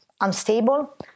unstable